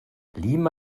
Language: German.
lima